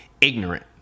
ignorant